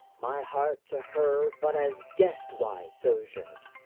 my heart to her but as guest-wise sojourn'd,